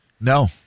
No